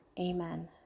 amen